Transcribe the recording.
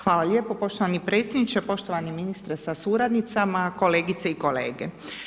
Hvala lijepo poštovani predsjedniče, poštovani ministre sa suradnicama, kolegice i kolege.